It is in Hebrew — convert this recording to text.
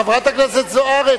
חברת הכנסת זוארץ,